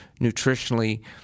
nutritionally